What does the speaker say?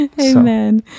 Amen